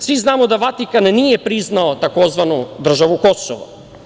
Svi znamo da Vatikan nije priznao tzv. državu Kosovo.